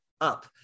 up